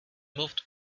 moved